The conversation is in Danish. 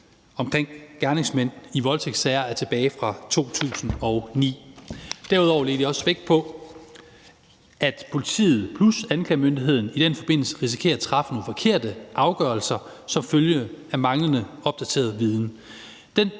omkring gerningsmænd i voldtægtssager er tilbage fra 2009. Derudover lægger SF også vægt på, at politiet plus anklagemyndigheden i den forbindelse risikerer at træffe nogle forkerte afgørelser som følge af manglende opdateret viden.